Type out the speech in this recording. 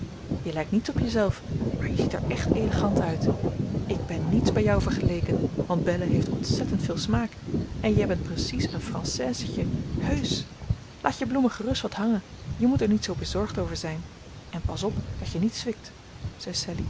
je lijkt niets op jezelf maar je ziet er echt elegant uit ik ben niets bij jou vergeleken want belle heeft ontzettend veel smaak en jij bent precies een françaisetje heusch laat je bloemen gerust wat hangen je moet er niet zoo bezorgd over zijn en pas op dat je niet zwikt